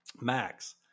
max